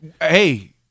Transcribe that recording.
hey